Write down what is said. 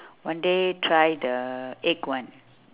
one day try the egg one